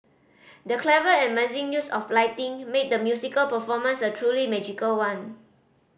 the clever and amazing use of lighting made the musical performance a truly magical one